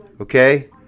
Okay